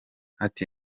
ati